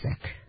sick